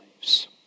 lives